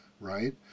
right